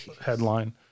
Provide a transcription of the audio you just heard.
headline